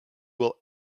will